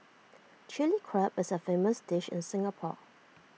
Chilli Crab is A famous dish in Singapore